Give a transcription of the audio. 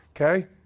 Okay